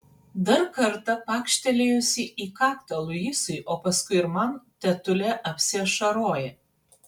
dar kartą pakštelėjusi į kaktą luisui o paskui ir man tetulė apsiašaroja